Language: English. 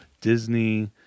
Disney